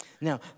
Now